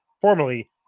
Formerly